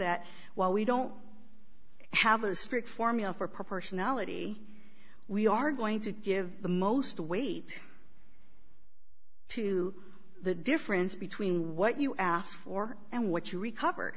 that while we don't have a strict formula for proportionality we are going to give the most weight to the difference between what you ask for and what you recover